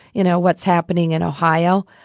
you know, what's happening in ohio.